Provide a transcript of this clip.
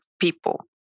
people